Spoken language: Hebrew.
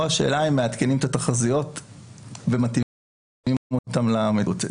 או השאלה אם מעדכנים את התחזיות ומתאימים אותן למציאות.